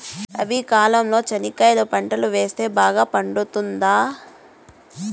రబి కాలంలో చెనక్కాయలు పంట వేస్తే బాగా పండుతుందా?